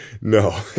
no